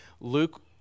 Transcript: Luke